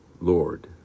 Lord